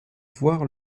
voir